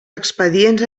expedients